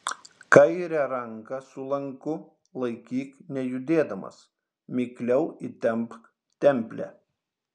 kairę ranką su lanku laikyk nejudėdamas mikliau įtempk templę